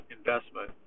Investment